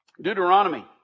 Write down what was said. Deuteronomy